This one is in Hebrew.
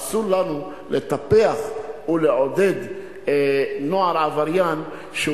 אסור לנו לטפח ולעודד נוער עבריין שהוא